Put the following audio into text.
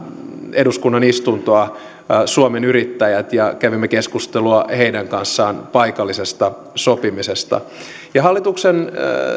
eduskunnan istuntoa suomen yrittäjät ja kävimme keskustelua heidän kanssaan paikallisesta sopimisesta hallituksen